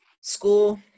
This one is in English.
school